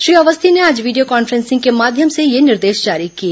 श्री अवर्स्थी ने आज video conferencing के माध्यम से ये निर्देश जारी किए